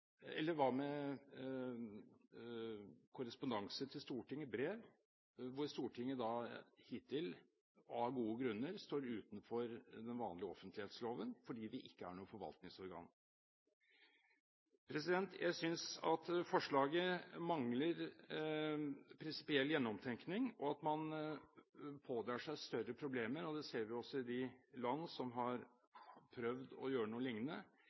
eller hva med korrespondanse til Stortinget – brev – hvor Stortinget hittil, av gode grunner, har stått utenfor den vanlige offentlighetsloven fordi vi ikke er noe forvaltningsorgan? Jeg synes at forslaget mangler prinsipiell gjennomtenkning, og at man pådrar seg større problemer. Det ser vi også i de land som har prøvd å gjøre noe